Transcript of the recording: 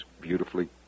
beautifully